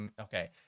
okay